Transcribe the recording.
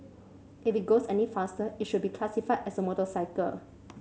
if it goes any faster it should be classified as a motorcycle